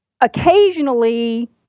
occasionally